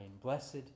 Blessed